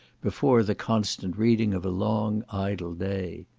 before the constant reading of a long idle day.